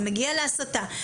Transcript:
זה מגיע להסתה.